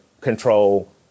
control